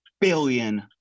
billion